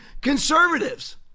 conservatives